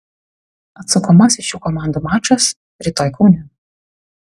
atsakomasis šių komandų mačas rytoj kaune